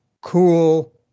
cool